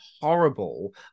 horrible